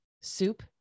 soup